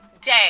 day